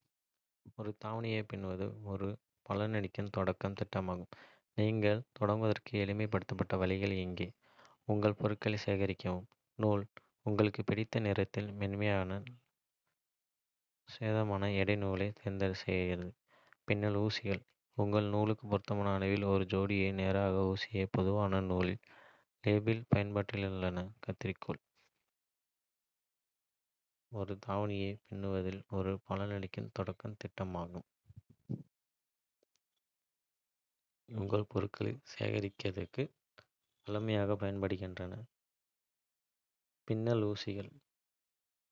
ஒரு தாவணியை பின்னுவது ஒரு பலனளிக்கும் தொடக்க திட்டமாகும். நீங்கள் தொடங்குவதற்கு எளிமைப்படுத்தப்பட்ட வழிகாட்டி இங்கே. உங்கள் பொருட்களை சேகரிக்கவும். நூல் உங்களுக்கு பிடித்த நிறத்தில் மென்மையான, மோசமான எடை நூலைத் தேர்வுசெய்க. பின்னல் ஊசிகள் உங்கள் நூலுக்கு பொருத்தமான அளவில் ஒரு ஜோடி நேரான ஊசிகள் (பொதுவாக நூல் லேபிளில் பட்டியலிடப்பட்டுள்ளன. கத்தரிக்கோல்.